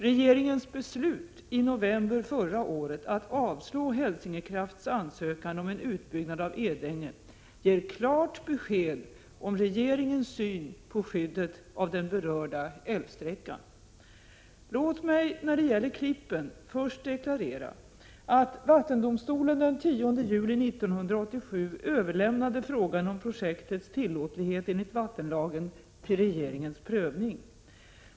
Regeringens beslut i november förra året att avslå Hälsingekrafts ansökan om en utbyggnad av Edänge ger klart besked om regeringens syn på skyddet av den berörda älvsträckan. Låt mig när det gäller Klippen först deklarera att vattendomstolen den 10 juli 1987 överlämnade frågan om projektets tillåtlighet enligt vattenlagen till regeringens prövning.